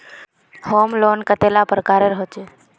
Home loan कतेला प्रकारेर होचे?